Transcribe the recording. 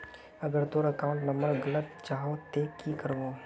अगर तोर account number गलत जाहा ते की करबो?